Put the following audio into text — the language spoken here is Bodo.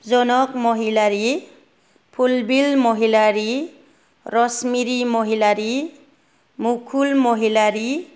जनक महिलारी फुलबिल महिलारी रश्मिरि महिलारी मुकुल महिलारी